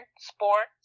sports